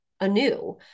anew